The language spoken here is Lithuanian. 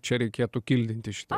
čia reikėtų kildinti šitą